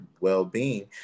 well-being